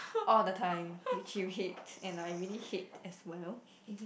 all the time which you hate and I really hate as well